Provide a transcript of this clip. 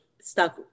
stuck